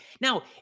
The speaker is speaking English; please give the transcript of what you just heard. Now